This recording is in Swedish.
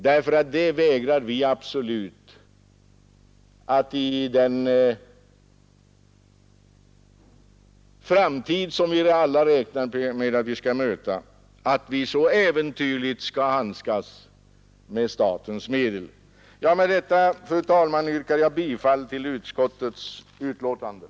Vi vägrar absolut att gå med på att man i den framtid, som vi alla räknar med att vi skall möta, så äventyrligt skall handskas med statens medel. Fru talman! Med det anförda yrkar jag bifall till utskottets hemställan.